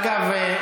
אגב,